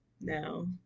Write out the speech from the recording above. no